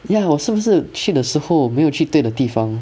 ya 我是不是去的时候没有去对的地方